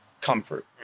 comfort